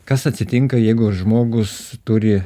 kas atsitinka jeigu žmogus turi